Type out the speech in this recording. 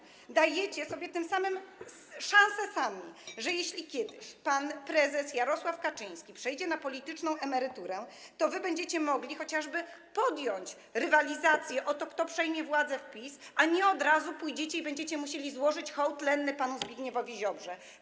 Tym samym sami dajecie sobie szansę, że jeśli kiedyś pan prezes Jarosław Kaczyński przejdzie na polityczną emeryturę, to wy będziecie mogli chociażby podjąć rywalizację o to, kto przejmie władzę w PiS, a nie od razu pójdziecie i będziecie musieli złożyć hołd lenny panu Zbigniewowi Ziobrze.